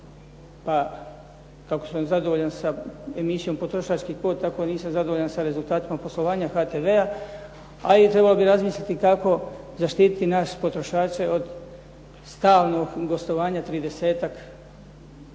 pa kako sam zadovoljan emisijom “Potrošački kod“ tako nisam zadovoljan sa rezultatima poslovanja HTV-a, a i trebalo bi razmisliti kako zaštititi naše potrošače od stalnog gostovanja